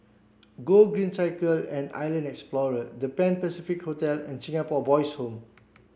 Gogreen Cycle and Island Explorer The Pan Pacific Hotel and Singapore Boys' Home